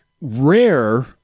rare